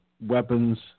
weapons